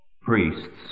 priests